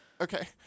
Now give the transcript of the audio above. Okay